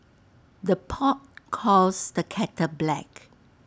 the pot calls the kettle black